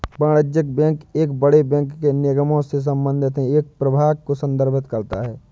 वाणिज्यिक बैंक एक बड़े बैंक के निगमों से संबंधित है एक प्रभाग को संदर्भित करता है